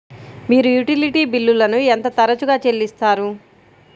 మీరు యుటిలిటీ బిల్లులను ఎంత తరచుగా చెల్లిస్తారు?